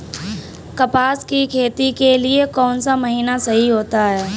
कपास की खेती के लिए कौन सा महीना सही होता है?